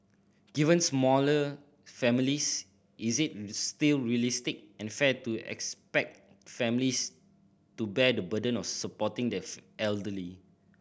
given smaller families is it still realistic and fair to expect families to bear the burden of supporting the elderly